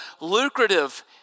lucrative